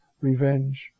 revenge